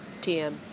TM